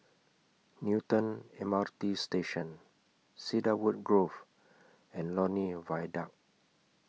Newton M R T Station Cedarwood Grove and Lornie Viaduct